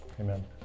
Amen